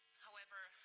however,